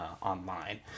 online